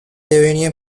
devonian